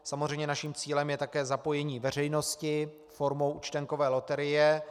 Samozřejmě naším cílem je také zapojení veřejnosti formou účtenkové loterie.